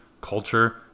culture